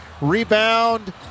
Rebound